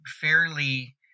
fairly